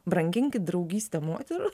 brangink draugystę moterų